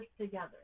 together